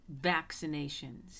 vaccinations